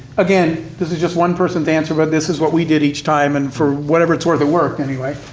again, this is just one person's answer, but this is what we did each time, and for whatever it's worth, it worked, anyway,